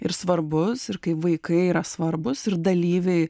ir svarbus ir kai vaikai yra svarbūs ir dalyviai